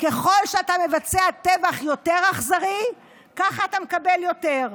ככל שאתה מבצע טבח יותר אכזרי, כך אתה מקבל יותר.